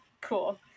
Cool